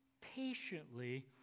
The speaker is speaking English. patiently